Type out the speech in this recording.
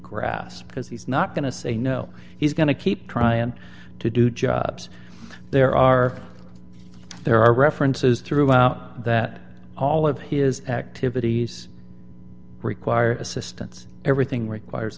grasp because he's not going to say no he's going to keep trying to do jobs there are there are references throughout that all of his activities require assistance everything requires